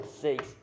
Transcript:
Six